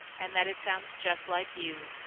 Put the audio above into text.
and that it sounds just like you,